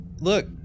look